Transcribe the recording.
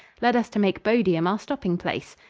led us to make bodiam our stopping place.